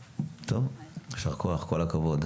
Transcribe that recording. טוב, יישר כוח, כל הכבוד.